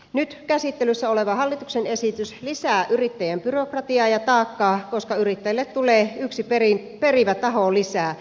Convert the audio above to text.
nyt käsittelyssä oleva hallituksen esitys lisää yrittäjien byrokratiaa ja taakkaa koska yrittäjille tulee yksi perivä taho lisää